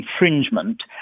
infringement